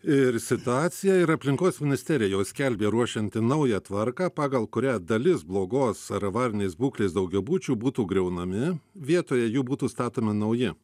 ir situaciją ir aplinkos ministerija jau skelbia ruošianti naują tvarką pagal kurią dalis blogos ar avarinės būklės daugiabučių būtų griaunami vietoje jų būtų statomi nauji